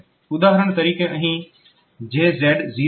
ઉદાહરણ તરીકે અહીં JZ 0AH છે